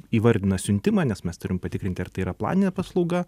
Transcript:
įvardina siuntimą nes mes turim patikrinti ar tai yra planinė paslauga